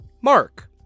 Mark